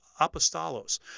apostolos